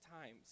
times